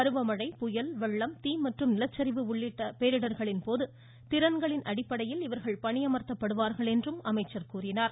பருவமழை புயல் வெள்ளம் தீ மற்றும் நிலச்சரிவு உள்ளிட்ட பேரிடர்களின் போது திறன்களின் அடிப்படையில் இவர்கள் பணியமர்த்தப்படுவார்கள் என்றும் அமைச்சர் கூறினார்